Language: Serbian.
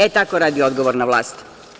E, tako radi odgovorna vlast.